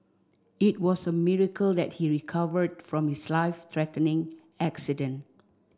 it was a miracle that he recovered from his life threatening accident